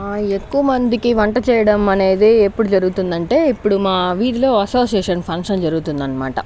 ఎక్కువ మందికి వంట చేయడం అనేది ఎప్పుడు జరుగుతుందంటే ఇప్పుడు మా వీధిలో అసోసియేషన్ ఫంక్షన్ జరుగుతుందనమాట